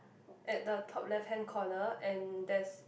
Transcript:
at the top left hand corner and there's